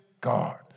God